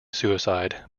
suicide